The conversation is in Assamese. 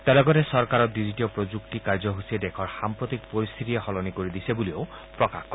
তেওঁ লগতে চৰকাৰৰ ডিজিটীয় প্ৰযুক্তি কাৰ্যসূচীয়ে দেশৰ সাম্প্ৰতিক পৰিস্থিতিয়ে সলনি কৰি দিছে বুলিও প্ৰকাশ কৰে